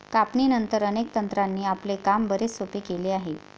कापणीनंतर, अनेक तंत्रांनी आपले काम बरेच सोपे केले आहे